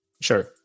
Sure